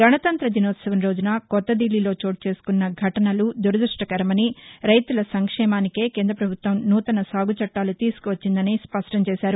గణతంత్ర దినోత్సవం రోజున కొత్తదిల్లీలో చోటుచేసుకున్న ఘటనలు దురదృష్ణకరమని రైతుల సంక్షేమానికే కేంద్ర ప్రభుత్వం నూతన సాగుచట్టాలు తీసుకువచ్చిందని స్పష్టం చేశారు